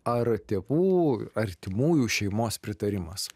ar tėvų artimųjų šeimos pritarimas